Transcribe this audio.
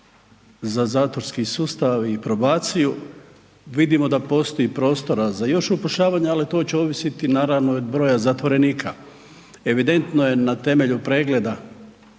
za zatvorski sustav i probaciju vidimo da postoji prostora za još upošljavanja, ali to će ovisiti naravno od broja zatvorenika, evidentno je na temelju pregleda